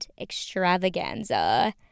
extravaganza